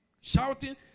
shouting